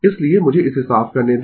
इसलिए मुझे इसे साफ करने दें